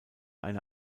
eine